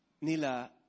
nila